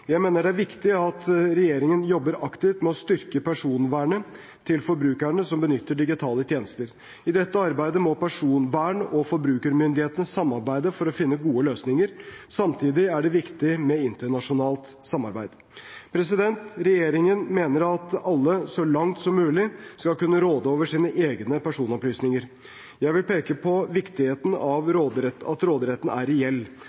Jeg mener det er viktig at regjeringen jobber aktivt med å styrke personvernet til forbrukere som benytter digitale tjenester. I dette arbeidet må personvern- og forbrukermyndigheter samarbeide for å finne gode løsninger. Samtidig er det viktig med internasjonalt samarbeid. Regjeringen mener at alle så langt som mulig skal kunne råde over sine egne personopplysninger. Jeg vil peke på viktigheten av at råderetten er reell.